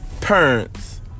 parents